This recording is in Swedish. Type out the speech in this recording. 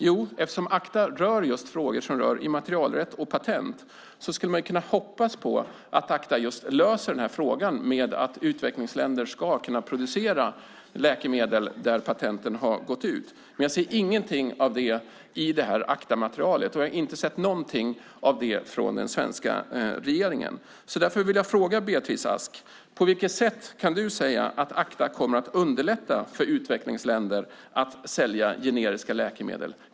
Jo, eftersom ACTA rör frågor som handlar om immaterialrätt och patent skulle man kunna hoppas att ACTA löser detta med att utvecklingsländer ska kunna producera läkemedel vars patent har gått ut, men jag ser inget om detta i det här ACTA-materialet, och jag har inte sett något sådant från den svenska regeringen. Därför vill jag fråga Beatrice Ask: På vilket sätt kan du säga att ACTA kommer att underlätta för utvecklingsländer att sälja generiska läkemedel?